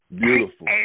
Beautiful